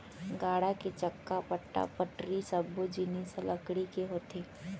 गाड़ा के चक्का, खूंटा, पटरी सब्बो जिनिस ह लकड़ी के होथे